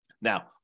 Now